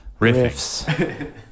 riffs